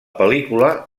pel·lícula